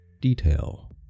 detail